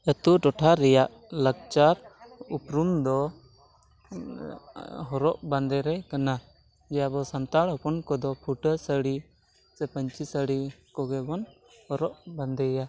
ᱟᱛᱩ ᱴᱚᱴᱷᱟ ᱨᱮᱭᱟᱜ ᱞᱟᱠᱪᱟᱨ ᱩᱯᱨᱩᱢ ᱫᱚ ᱦᱚᱨᱚᱜ ᱵᱟᱸᱫᱮᱨᱮ ᱠᱟᱱᱟ ᱡᱮ ᱟᱵᱚ ᱥᱟᱱᱛᱟᱲ ᱦᱚᱯᱚᱱ ᱠᱚᱫᱚ ᱯᱷᱩᱴᱟᱹ ᱥᱟᱹᱲᱤ ᱥᱮ ᱯᱟᱹᱧᱪᱤ ᱥᱟᱹᱲᱤ ᱠᱚᱜᱮᱵᱚᱱ ᱦᱚᱨᱚᱜ ᱵᱟᱸᱫᱮᱭᱟ